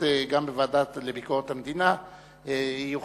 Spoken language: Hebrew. המדינה בנושא: